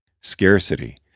scarcity